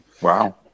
Wow